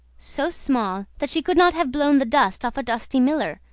so small that she could not have blown the dust off a dusty miller,